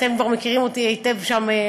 אתם כבר מכירים אותי היטב שם,